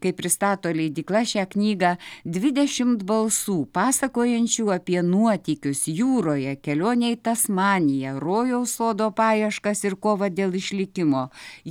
kaip pristato leidykla šią knygą dvidešimt balsų pasakojančių apie nuotykius jūroje kelionė į tasmaniją rojaus sodo paieškas ir kovą dėl išlikimo